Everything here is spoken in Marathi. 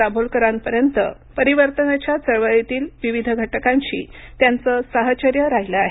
दाभोलकरांपर्यंत परिवर्तनाच्या चळवळीतील विविध घटकांशी त्यांचं साहचर्य राहिलं आहे